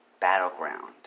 Battleground